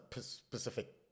specific